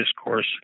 discourse